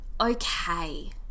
okay